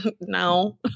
no